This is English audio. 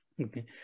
Okay